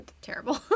terrible